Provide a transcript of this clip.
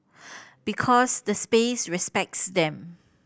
because the space respects them